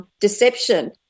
deception